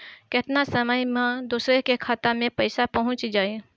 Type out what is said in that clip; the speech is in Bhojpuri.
केतना समय मं दूसरे के खाता मे पईसा पहुंच जाई?